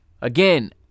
Again